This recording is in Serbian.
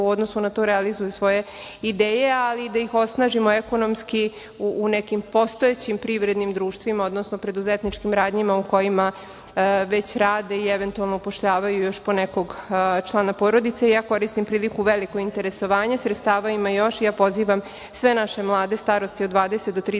u odnosu na to realizuju svoje ideje, ali i da ih osnažimo ekonomski u nekim postojećim privrednim društvima, odnosno preduzetničkim radnjama u kojima već rade i eventualno upošljavaju još po nekog člana porodice. Koristim priliku, veliko je interesovanje, sredstava ima još i ja pozivam sve naše mlade starosti od 20 do 35